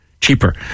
cheaper